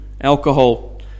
alcohol